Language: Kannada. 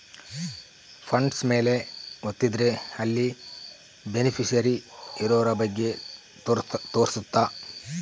ಫಂಡ್ಸ್ ಮೇಲೆ ವತ್ತಿದ್ರೆ ಅಲ್ಲಿ ಬೆನಿಫಿಶಿಯರಿ ಇರೋರ ಬಗ್ಗೆ ತೋರ್ಸುತ್ತ